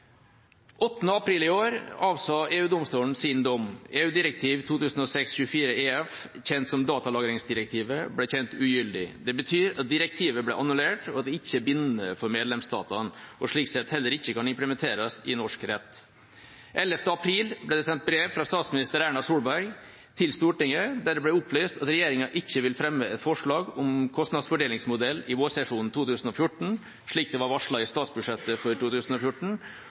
8. april i år avsa EU-domstolen sin dom: EU-direktiv 2006/24 EF, kjent som datalagringsdirektivet, ble kjent ugyldig. Det betyr at direktivet ble annullert, og at det ikke er bindende for medlemslandene, og slik sett heller ikke kan implementeres i norsk rett. Den 11. april ble det sendt brev fra statsminister Erna Solberg til Stortinget der det ble opplyst at regjeringa ikke vil fremme et forslag om kostnadsfordelingsmodell i vårsesjonen 2014, slik det var varslet i statsbudsjettet for 2014,